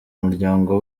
umuryango